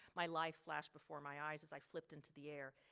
my life flashed before my eyes as i flipped into the air.